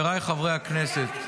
זה חוק חשוב.